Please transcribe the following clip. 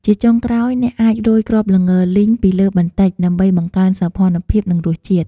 ជាចុងក្រោយ អ្នកអាចរោយគ្រាប់ល្ងលីងពីលើបន្តិច ដើម្បីបង្កើនសោភ័ណភាព និងរសជាតិ។